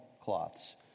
cloths